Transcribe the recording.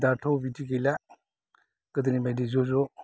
दाथ' बिदि गैला गोदोनिबायदि ज' ज'